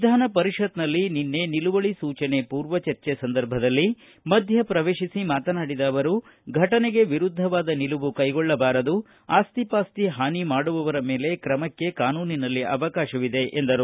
ವಿಧಾನಪರಿಷತ್ನಲ್ಲಿ ನಿನ್ನೆ ನಿಲುವಳಿ ಸೂಚನೆ ಪೂರ್ವ ಚರ್ಚೆ ಸಂದರ್ಭದಲ್ಲಿ ಮಧ್ಯ ಪ್ರವೇಶಿಸಿ ಮಾತನಾಡಿದ ಅವರು ಫಟನೆಗೆ ವಿರುದ್ಧವಾದ ನಿಲುವು ಕೈಗೊಳ್ಳಬಾರದು ಆಸ್ತಿ ಪಾಸ್ತಿ ಹಾನಿ ಮಾಡುವವರ ಮೇಲೆ ತ್ರಮಕ್ಕೆ ಕಾನೂನಿನಲ್ಲಿ ಅವಕಾಶವಿದೆ ಎಂದರು